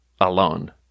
alone